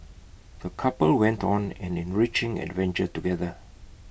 the couple went on an enriching adventure together